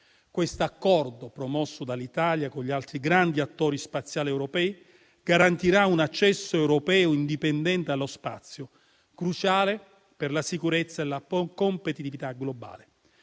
Quest'accordo, promosso dall'Italia con gli altri grandi attori spaziali europei, garantirà un accesso europeo indipendente allo spazio, cruciale per la sicurezza e la competitività globale.